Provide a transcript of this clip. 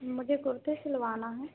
मुझे कुर्ते सिलवाना है